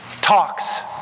talks